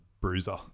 bruiser